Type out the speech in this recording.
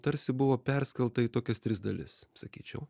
tarsi buvo perskelta į tokias tris dalis sakyčiau